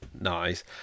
nice